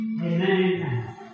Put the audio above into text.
Amen